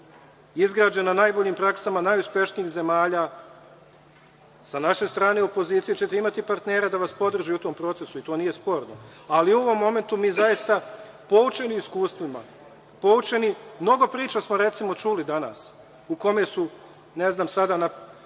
izgrađen na najboljim praksama najuspešnijih zemalja, sa naše strane opozicije ćete imati partnere da vas podrži u tom procesu i to nije sporno, ali u ovom momentu mi zaista, poučeni iskustvima, recimo, mnogo priča smo čuli danas u kojima su, ne znam sada,